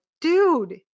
dude